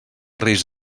reis